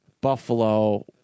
Buffalo